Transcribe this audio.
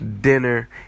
dinner